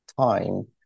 time